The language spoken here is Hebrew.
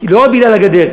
לא רק בגלל הגדר,